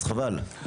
אז חבל.